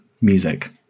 music